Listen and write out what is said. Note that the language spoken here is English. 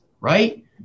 right